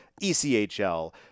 ECHL